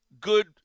good